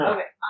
Okay